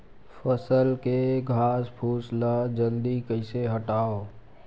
फसल के घासफुस ल जल्दी कइसे हटाव?